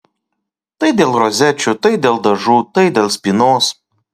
tai dėl rozečių tai dėl dažų tai dėl spynos